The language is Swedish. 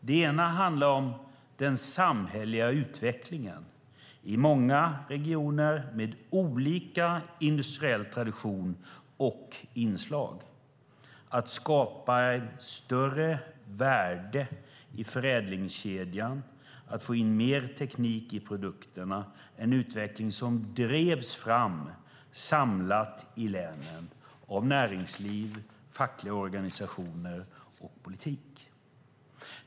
Det ena handlade om den samhälleliga utvecklingen i många regioner med olika industriella traditioner och inslag. Det gällde att skapa större värde i förädlingskedjan och få in mer teknik i produkterna. Det var en utveckling som drevs fram samlat i länen av näringsliv, fackliga organisationer och politik.